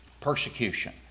persecution